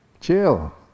Chill